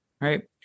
right